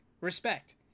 Respect